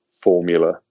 formula